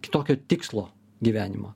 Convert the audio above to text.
kitokio tikslo gyvenimo